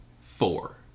four